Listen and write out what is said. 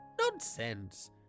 Nonsense